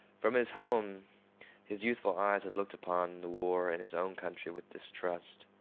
from his home his youthful eyes had looked upon the war in his own country with distrust.